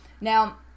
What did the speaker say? Now